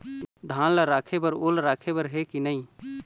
धान ला रखे बर ओल राखे बर हे कि नई?